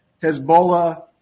Hezbollah